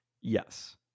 Yes